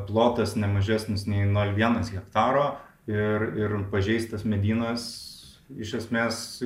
plotas ne mažesnis nei nol vienas hektaro ir ir pažeistas medynas iš esmės